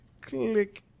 click